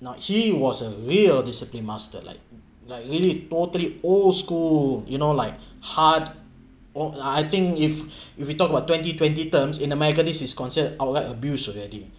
not he was a real discipline master like like really totally old school you know like hard or I think if if we talk about twenty twenty terms in america this is concern I will like abuse already